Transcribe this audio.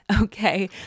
okay